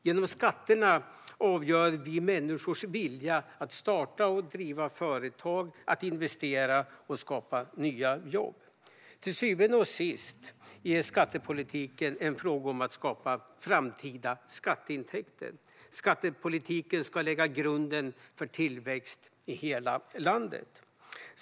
Genom skatterna avgör vi människors vilja att starta och driva företag, att investera och att skapa nya jobb. Till syvende och sist är skattepolitiken en fråga om att skapa framtida skatteintäkter. Skattepolitiken ska lägga grunden för tillväxt i hela landet.